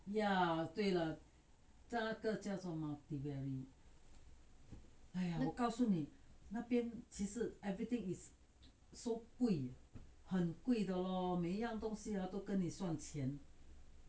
ya 对了在那个叫做 mathiveri 哎呀我告诉你那边其实 everything is so 贵很贵的咯每一样啊东西都跟你算钱